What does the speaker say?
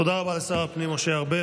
תודה רבה לשר הפנים משה ארבל.